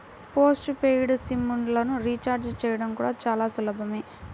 post paid SIM లను recharge చేయడం కూడా చాలా సులభమే